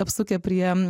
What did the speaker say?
apsukę prie